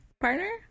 partner